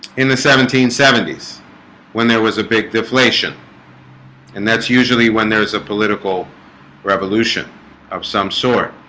in the seventeen seventy s when there was a big deflation and that's usually when there's a political revolution of some sort